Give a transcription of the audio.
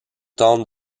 tente